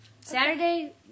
Saturday